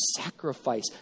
sacrifice